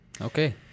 Okay